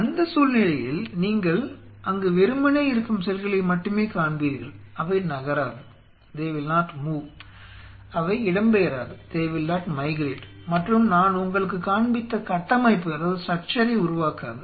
அந்த சூழ்நிலையில் நீங்கள் அங்கு வெறுமனே இருக்கும் செல்களை மட்டும் காண்பீர்கள் அவை நகராது they will not move அவை இடம்பெயராது மற்றும் நான் உங்களுக்குக் காண்பித்த கட்டமைப்பை உருவாக்காது